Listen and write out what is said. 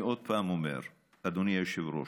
אני עוד פעם אומר, אדוני היושב-ראש,